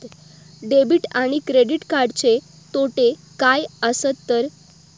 Debit आणि credit कार्डचे तोटे काय आसत तर?